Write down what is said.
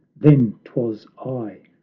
then twas i. ah,